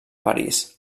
parís